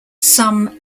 some